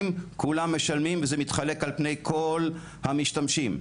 כולם משלמים וזה מתחלק על פני כל המשתמשים.